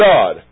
God